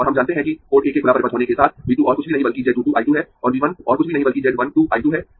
और हम जानते है कि पोर्ट 1 के खुला परिपथ होने के साथ V 2 और कुछ भी नहीं बल्कि z 2 2 I 2 है और V 1 और कुछ भी नहीं बल्कि z 1 2 I 2 है